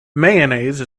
mayonnaise